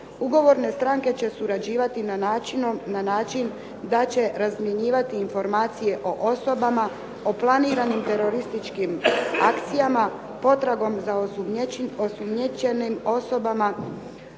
Ugovorne stranke će surađivati na način da će razmjenjivati informacije o osobama, o planiranim terorističkim akcijama, potragom za osumnjičenim osobama,